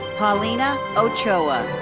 paulina ochoa.